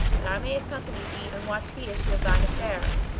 that i may accompany thee and watch the issue of thine affair.